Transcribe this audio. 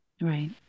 Right